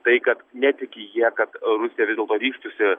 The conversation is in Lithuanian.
tai kad netiki jie kad rusija vis dėlto ryžtųsi